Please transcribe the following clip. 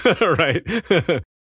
right